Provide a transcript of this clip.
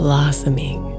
Blossoming